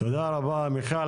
תודה רבה מיכל.